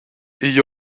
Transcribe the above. igl